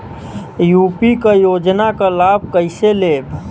UP क योजना क लाभ कइसे लेब?